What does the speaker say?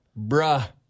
bruh